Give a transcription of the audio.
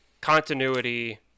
continuity